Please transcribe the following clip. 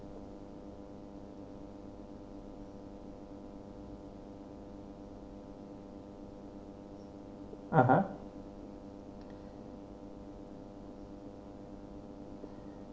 a'ah